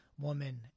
woman